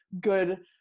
good